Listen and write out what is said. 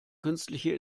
künstliche